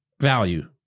Value